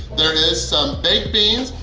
there is some baked beans,